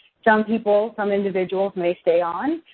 some people, some individuals may stay on.